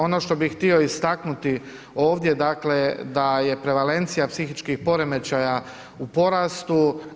Ono što bih htio istaknuti ovdje, dakle da je prevalencija psihičkih poremećaja u porastu.